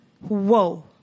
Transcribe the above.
Whoa